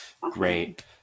Great